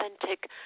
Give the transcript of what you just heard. authentic